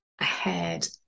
ahead